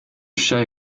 chat